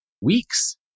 weeks